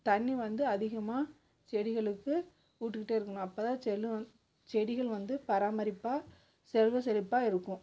தண்ணீர் வந்து அதிகமாக செடிகளுக்கு விட்டுக்கிட்டே இருக்கணும் அப்போ தான் செல்லு வந் செடிகள் வந்து பராமரிப்பாக செல்வ செழிப்பாக இருக்கும்